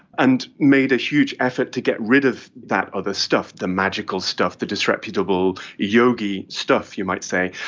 and made a huge effort to get rid of that other stuff, the magical stuff, the disreputable yogi stuff, you might say,